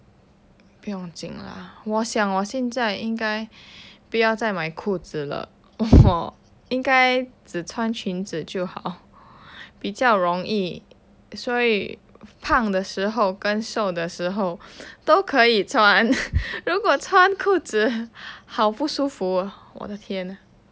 不用紧啦我想我现在应该不要再买裤子了我应该只穿裙子就好比较容易所以胖了时候跟瘦的时候都可以穿如果穿裤子好不舒服哦我的天啊:bu yong jin lah wo xiang wo xian zai ying gai bu yao zai mai ku zi le wo ying gai zhi chuan qun zi jiu hao bi jiao rong yi suo yi pang le shi hou gen shou de shi hou dou ke yi chuan ru guo chuan ku zi hao bu shu fu o wo de tian a